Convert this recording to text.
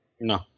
No